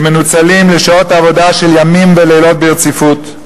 שמנוצלים בשעות העבודה של ימים ולילות ברציפות.